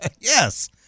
Yes